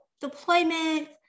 deployment